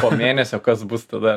po mėnesio kas bus tada